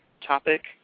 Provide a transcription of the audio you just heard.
topic